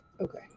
Okay